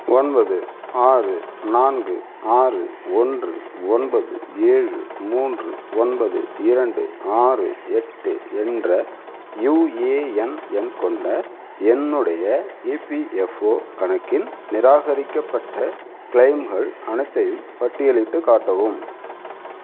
ஒன்பது ஆறு நான்கு ஆறு ஒன்று ஒன்பது ஏழு மூன்று ஒன்பது இரண்டு ஆறு எட்டு என்ற யூஏஎன் எண் கொண்ட என்னுடைய இபிஎஃப்ஓ கணக்கின் நிராகரிக்கப்பட்ட கிளெய்ம்கள் அனைத்தையும் பட்டியலிட்டுக் காட்டவும்